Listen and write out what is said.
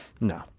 No